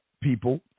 people